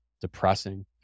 depressing